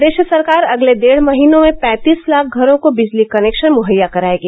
प्रदेश सरकार अगले डेढ़ महीनों में पैंतीस लाख घरों को बिजली कनेक्शन मुहैया करायेगी